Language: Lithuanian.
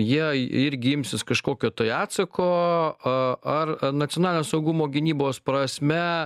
jie irgi imsis kažkokio tai atsako ar nacionalinio saugumo gynybos prasme